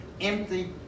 empty